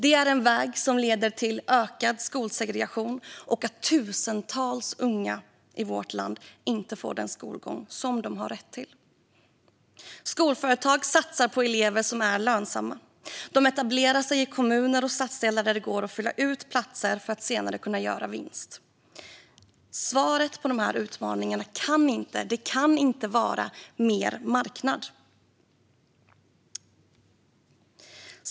Det är en väg som leder till ökad skolsegregation och till att tusentals unga i vårt land inte får den skolgång som de har rätt till. Skolföretag satsar på elever som är lönsamma. De etablerar sig i kommuner och stadsdelar där det går att fylla platserna för att senare kunna göra vinst. Svaret på de här utmaningarna kan inte vara mer marknad.